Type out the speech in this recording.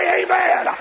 amen